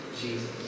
Jesus